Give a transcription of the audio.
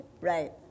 right